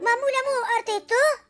mamle mū ar tai tu